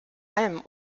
allem